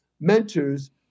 mentors